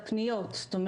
בכמה שפות, או רק בעברית?